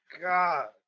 God